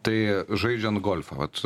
tai žaidžian golfą vat